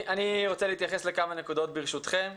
אני רוצה להתייחס לכמה נקודות, ברשותכם.